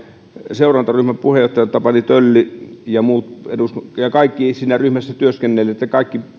seurantaryhmän puheenjohtaja tapani tölli ja kaikki siinä ryhmässä työskennelleet ja kaikki